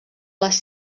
les